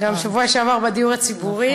גם בשבוע שעבר, בנושא הדיור הציבורי.